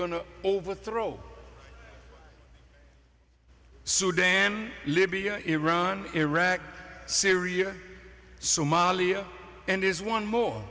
going to overthrow sudan libya iran iraq syria somalia and is one more